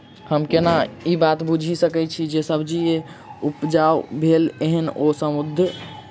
हम केना ए बात बुझी सकैत छी जे सब्जी जे उपजाउ भेल एहन ओ सुद्ध अछि?